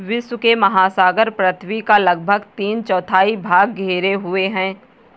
विश्व के महासागर पृथ्वी का लगभग तीन चौथाई भाग घेरे हुए हैं